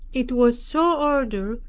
it was so ordered,